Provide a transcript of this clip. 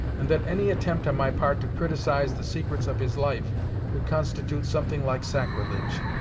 and that any attempt on my part to criticise the secrets of his life would constitute something like sacrilege.